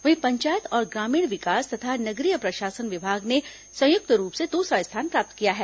वहीं पंचायत और ग्रामीण विकास तथा नगरीय प्रशासन विभाग ने संयुक्त रूप से दूसरा स्थान प्राप्त किया है